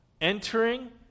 Entering